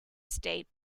state